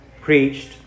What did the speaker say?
preached